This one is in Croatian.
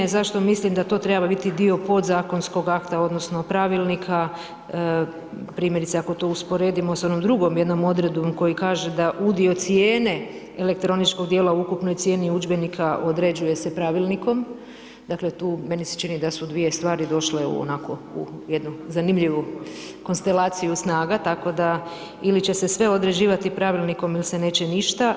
A zašto mislim da to treba biti dio podzakonskog akta, odnosno pravilnika primjerice ako to usporedimo sa onom drugom jednom odredbom koji kaže da udio cijene elektroničkog dijela u ukupnoj cijeni udžbenika određuje se pravilnikom, dakle tu meni se čini da su dvije stvari došle onako u jednu zanimljivu konstelaciju snaga tako da ili će se sve određivati pravilnikom ili se neće ništa.